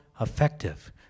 effective